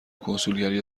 کنسولگری